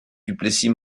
duplessis